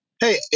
hey